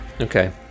Okay